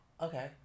Okay